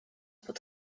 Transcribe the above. pod